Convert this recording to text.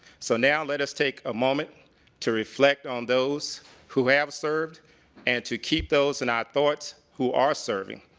so now let us take a moment to reflect on those who have served and to keep those in our thoughts who are serving.